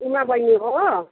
उमा बहिनी हो